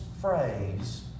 phrase